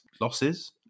losses